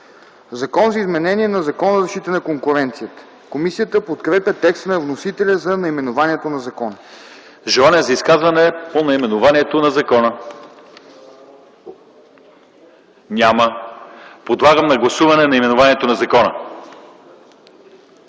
„Закон за изменение на Закона за защита на конкуренцията.” Комисията подкрепя текста на вносителя за наименованието на закона. ПРЕДСЕДАТЕЛ ЛЪЧЕЗАР ИВАНОВ: Желания за изказвания по наименованието на закона? Няма. Подлагам на гласуване наименованието на закона.